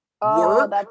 work